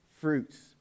fruits